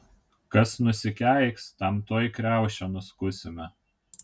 kas nusikeiks tam tuoj kriaušę nuskusime